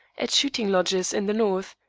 at shooting lodges in the north,